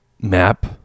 map